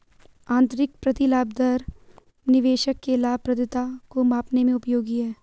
आंतरिक प्रतिलाभ दर निवेशक के लाभप्रदता को मापने में उपयोगी है